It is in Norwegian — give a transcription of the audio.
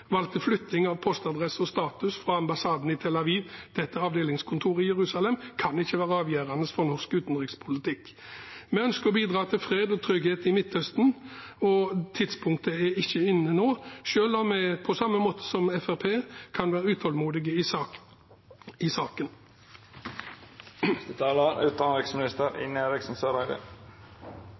Tel Aviv til et avdelingskontor i Jerusalem, kan ikke være avgjørende for norsk utenrikspolitikk. Vi ønsker å bidra til fred og trygghet i Midtøsten, og tidspunktet er ikke inne nå, selv om vi på samme måte som Fremskrittspartiet kan være utålmodige i saken. La meg først understreke at i